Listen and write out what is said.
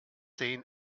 seen